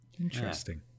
Interesting